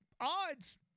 odds